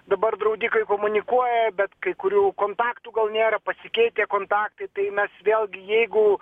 dabar draudikai komunikuoja bet kai kurių kontaktų gal nėra pasikeitę kontaktai tai mes vėlgi jeigu